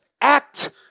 Act